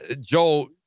Joe